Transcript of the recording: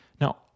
Now